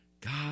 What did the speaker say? God